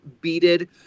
beaded